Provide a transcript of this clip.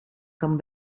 kan